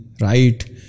right